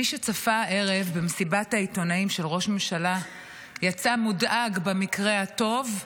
מי שצפה הערב במסיבת העיתונאים של ראש הממשלה יצא מודאג במקרה הטוב,